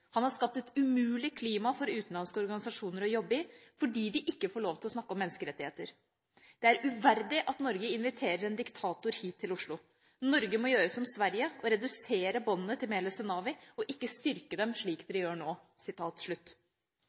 Han har skapt et umulig klima for utenlandske organisasjoner å jobbe i, fordi de ikke får lov til å snakke om menneskerettigheter. Det er uverdig at Norge inviterer en diktator hit til Oslo. Norge må gjøre som Sverige, og redusere båndene til Meles Zenawi, ikke styrke dem som dere gjør nå.»